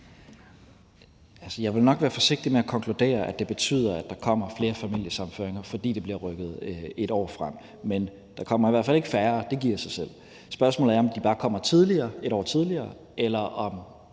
jeg ville nok være forsigtig med at konkludere, at det betyder, at der kommer flere familiesammenføringer, fordi det bliver rykket 1 år frem, men der kommer i hvert fald ikke færre – det giver sig selv. Spørgsmålet er, om de bare kommer 1 år tidligere, eller om